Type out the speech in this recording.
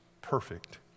perfect